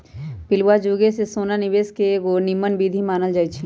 पहिलुआ जुगे से सोना निवेश के एगो निम्मन विधीं मानल जाइ छइ